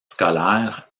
scolaire